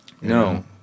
no